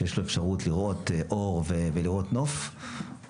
שיש לו אפשרות לראות אור ולראות נוף,